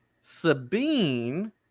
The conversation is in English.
Sabine